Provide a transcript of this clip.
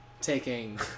taking